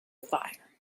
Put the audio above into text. fire